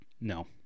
No